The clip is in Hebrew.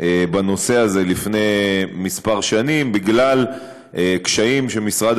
בנושא הזה לפני כמה שנים בגלל קשיים שמשרד